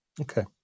okay